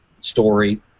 story